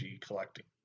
collecting